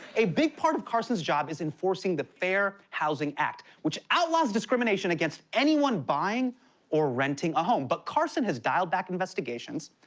a big part of carson's job is enforcing the fair housing act, which outlaws discrimination against anyone buying or renting a home. but carson has dialed back investigations,